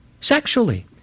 sexually